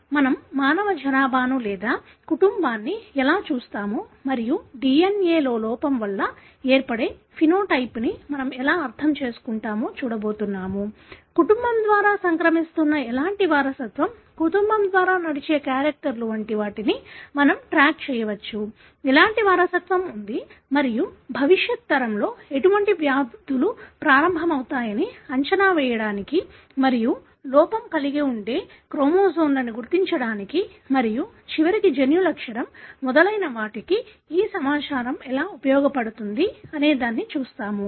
ఈ రోజు మనం మానవ జనాభాను లేదా కుటుంబాన్ని ఎలా చూస్తామో మరియు DNA లో లోపం వల్ల ఏర్పడే ఫెనోటైప్ ను మనము ఎలా అర్థం చేసుకుంటామో చూడబోతున్నాం కుటుంబం ద్వారా సంక్రమిస్తున్న ఎలాంటి వారసత్వం కుటుంబం ద్వారా నడిచే క్యారెక్టర్లు వంటి వాటిని మనం ట్రాక్ చేయవచ్చు ఎలాంటి వారసత్వం ఉంది మరియు భవిష్యత్ తరంలో ఎటువంటి వ్యాధులు ప్రారంభమవుతాయని అంచనా వేయడానికి మరియు లోపం కలిగి ఉండే క్రోమోజోమ్లను గుర్తించడానికి మరియు చివరికి జన్యు లక్షణం మొదలైన వాటికి ఆ సమాచారం ఎలా ఉపయోగపడుతుంది అనేదాన్ని చూస్తాము